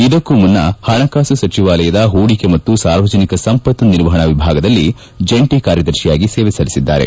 ಇದಕ್ಕೂ ಮುನ್ನ ಹಣಕಾಸು ಸಚಿವಾಲಯದ ಹೂಡಿಕೆ ಮತ್ತು ಸಾರ್ವಜನಿಕ ಸಂಪತ್ತು ನಿರ್ವಹಣಾ ವಿಭಾಗದಲ್ಲಿ ಜಂಟಿ ಕಾರ್ಯದರ್ತಿಯಾಗಿ ಸೇವೆ ಸಲ್ಲಿಸಿದ್ದಾರೆ